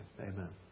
Amen